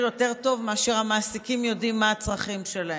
יותר טוב מאשר המעסיקים יודעים מה הצרכים שלהם.